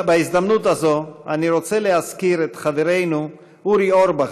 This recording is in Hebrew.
בהזדמנות הזאת אני רוצה להזכיר את חברנו אורי אורבך,